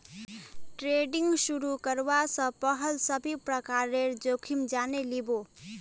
trading शुरू करवा स पहल सभी प्रकारेर जोखिम जाने लिबो